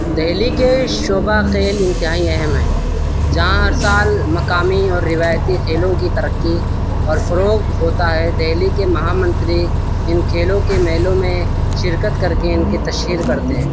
دہلی کے شعبہ کھیل انتہائی اہم ہیں جہاں ہر سال مقامی اور روایتی کھیلوں کی ترقی اور فروغ ہوتا ہے دہلی کے مہا منتری ان کھیلوں کے میلوں میں شرکت کر کے ان کی تشہیر کرتے ہیں